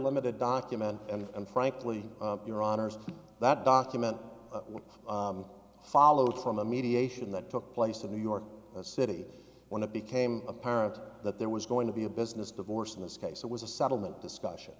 limited document and frankly your honour's that document what followed from a mediation that took place in new york city when it became apparent that there was going to be a business divorce in this case it was a settlement discussion